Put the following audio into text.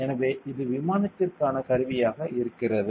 எனவே இது விமானத்திற்கான கருவியாக இருக்கிறது